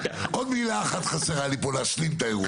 עוד מילה אחת חסרה לי פה להשלים את האירוע, בושה.